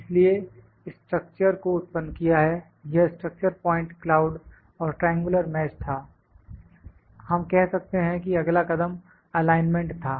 इसलिए हमने स्ट्रक्चर को उत्पन्न किया है यह स्ट्रक्चर्ड पॉइंट क्लाउड और ट्रायंगुलर मैश था हम कह सकते हैं कि अगला कदम अलाइनमेंट था